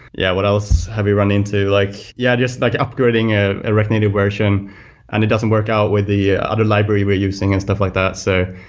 yeah what else have we run into? like yeah, just like upgrading a ah react native version and it doesn't work out with the other library we're using and stuff like that. so,